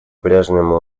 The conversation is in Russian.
прежнему